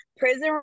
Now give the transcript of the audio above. Prison